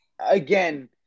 again